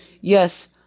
Yes